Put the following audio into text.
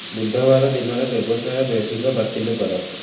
ବୁଧବାର ଦିନର ବ୍ୟବସାୟ ବୈଠକ ବାତିଲ କର